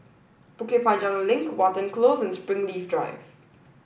Bukit Panjang Link Watten Close and Springleaf Drive